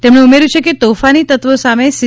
તેમણે ઉમેર્યું છે કે તોફાની તત્વો સામે સી